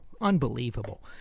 Unbelievable